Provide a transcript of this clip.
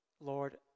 Lord